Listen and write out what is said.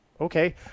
Okay